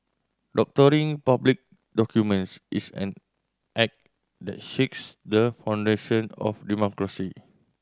doctoring public documents is an act that shakes the foundation of democracy